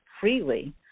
freely